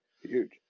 huge